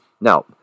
Now